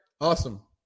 Awesome